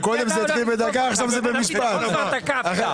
וזה כשיש לה ארבעה קונים